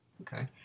Okay